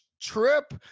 trip